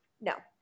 No